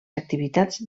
activitats